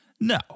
No